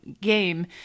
game